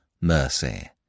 mercy